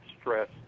stress